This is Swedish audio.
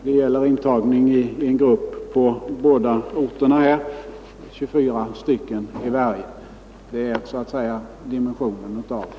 Det gäller på var och en av dessa orter intagning av en grupp med 24 studerande i respektive fysik och kemi — det är så att säga dimensionen av den frågan.